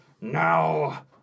Now